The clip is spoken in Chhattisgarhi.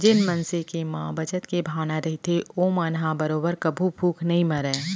जेन मनसे के म बचत के भावना रहिथे ओमन ह बरोबर कभू भूख नइ मरय